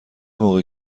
موقع